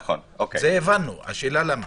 למה?